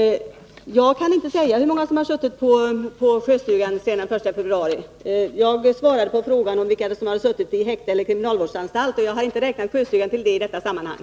Jag kan inte säga hur många som suttit på Sjöstugan sedan den 1 februari. Jag svarade på frågan om vilka det är som suttit i häkte eller på kriminalvårdsanstalt, och dit har jag inte räknat Sjöstugan i detta sammanhang.